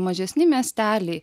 mažesni miesteliai